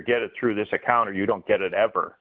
get it through this account or you don't get it ever